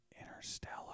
Interstellar